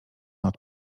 nad